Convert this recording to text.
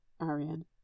Arian